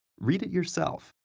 read it yourself,